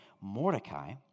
Mordecai